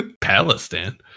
Palestine